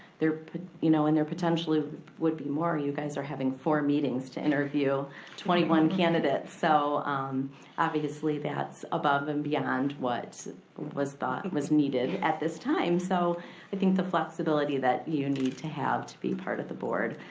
you know and there potentially would be more. you guys are having four meetings to interview twenty one candidates, so obviously that's above and beyond what was thought was needed at this time. so i think the flexibility that you need to have to be part of the board,